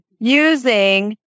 Using